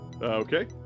Okay